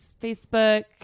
Facebook